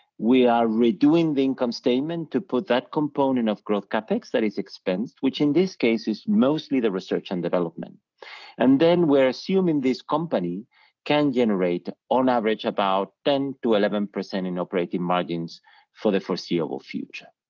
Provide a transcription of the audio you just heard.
we are redoing the income statement to put that component of growth capex that is expensed, which in this case, is mostly the research and development and then we're assuming this company can generate on average about ten to eleven percent in operating margins for the foreseeable future.